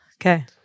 okay